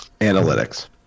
analytics